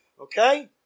okay